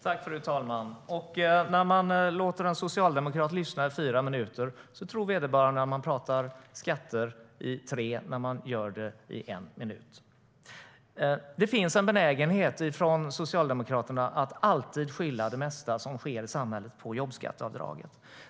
Fru talman! När man låter en socialdemokrat lyssna i fyra minuter tror vederbörande att man pratar om skatter i tre när man gör det i en minut. Det finns en benägenhet hos Socialdemokraterna att skylla det mesta som sker i samhället på jobbskatteavdragen.